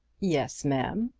yes, ma'am.